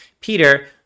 Peter